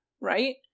right